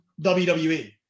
WWE